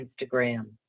Instagram